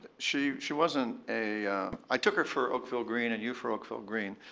she she wasn't a i took her for oakville green and you for oakville green.